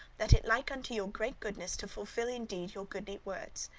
that it like unto your great goodness to fulfil in deed your goodly words.